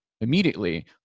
immediately